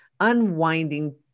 Unwinding